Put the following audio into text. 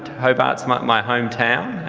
hobart is my home town.